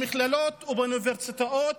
במכללות ובאוניברסיטאות